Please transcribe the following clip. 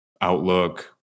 outlook